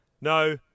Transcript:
No